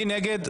מי נגד?